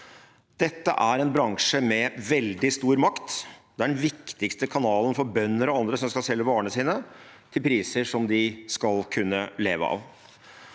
Dette er en bransje med veldig stor makt, det er den viktigste kanalen for bønder og andre som skal selge varene sine til priser som de skal kunne leve av.